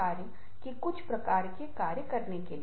क्या यह अन्य तरीकों से प्रासंगिक है